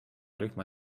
rühma